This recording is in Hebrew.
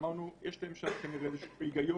אמרנו שיש להם שם כנראה איזה היגיון.